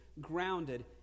Grounded